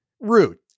Root